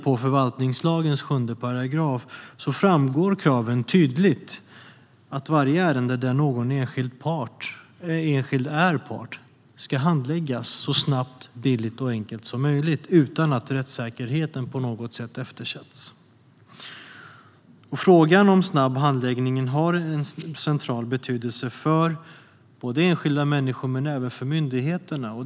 I förvaltningslagens 7 § framgår kraven tydligt: Varje ärende där någon enskild är part ska handläggas så snabbt, billigt och enkelt som möjligt, utan att rättssäkerheten på något sätt eftersätts. Frågan om snabb handläggning har en central betydelse för enskilda människor, men även för myndigheterna.